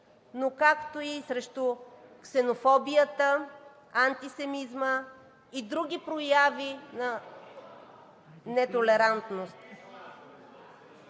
Но както и срещу ксенофобията, антисемитизма и други прояви на нетолерантност.